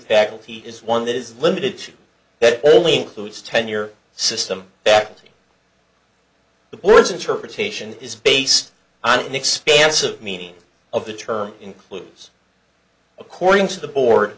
faculty is one that is limited to that only includes tenure system back to the board's interpretation is based on an expansive meaning of the term includes according to the board